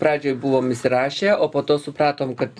pradžioj buvom įsirašę o po to supratom kad